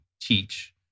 teach